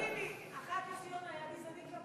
אבל, חבר הכנסת טיבי, היה גזעני כלפי.